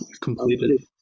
completed